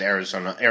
Arizona